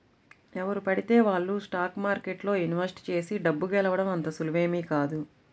ఎవరు పడితే వాళ్ళు స్టాక్ మార్కెట్లో ఇన్వెస్ట్ చేసి డబ్బు గెలవడం అంత సులువేమీ కాదు